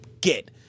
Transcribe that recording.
get